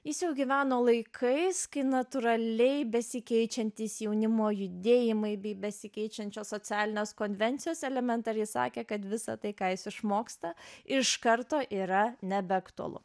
jis jau gyveno laikais kai natūraliai besikeičiantys jaunimo judėjimai bei besikeičiančios socialinės konvencijos elementariai sakė kad visa tai ką jis išmoksta iš karto yra nebeaktualu